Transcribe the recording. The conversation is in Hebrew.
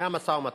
היה משא-ומתן,